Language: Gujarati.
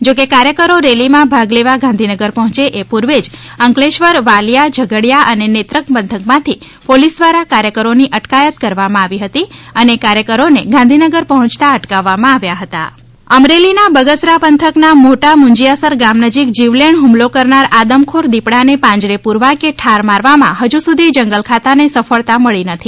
જો કે કાર્યકરો રેલીમાં ભાગ લેવા ગાંધીનગર પહોયે એ પૂર્વે જ અંકલેશ્વરવાલિયા ઝઘડીયા અને નેત્રંગ પંથકમાંથી પોલીસ દ્વારા કાર્યકરોની અટકાયત કરવામાં આવી હતી અને કાર્યકરોને ગાંધીનગર પહોચતા અટકાવવામાં આવ્યા હતા આદમખોર દીપડો અમરેલી ના બગસરા પંથક ના મોટા મૂંજીયાસર ગામ નજીક જીવલેણ હ્મલા કરનાર આદમખોર દીપડા ને પાંજરે પૂરવા કે ઠાર મરવામાં હજુ સુધી જંગલ ખાતા ને સફળતા મળી નથી